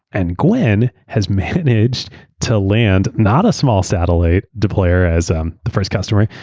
and gwynne has managed to land, not a small satellite deployer as um the first customer,